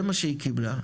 זה מה שהיא קיבלה.